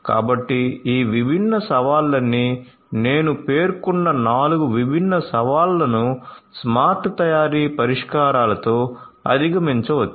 కాబట్టి ఈ విభిన్న సవాళ్లన్నీ నేను పేర్కొన్న 4 విభిన్న సవాళ్లను స్మార్ట్ తయారీ పరిష్కారాలతో అధిగమించవచ్చు